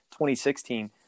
2016